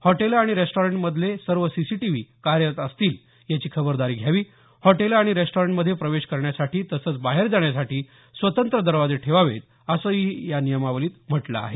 हॉटेलं आणि रेस्टॉरंटमधले सर्व सीसीटीव्ही कार्यरत असतील याची खबरदारी घ्यावी हॉटेलं आणि रेस्टॉरंटमधे प्रवेश करण्यासाठी तसंच बाहेर जाण्यासाठी स्वतंत्र दरवाजे ठेवावेत असंही या नियमावलीत म्हटल आहे